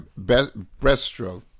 Breaststroke